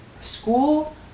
school